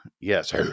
yes